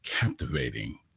captivating